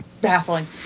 baffling